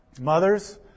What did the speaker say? Mothers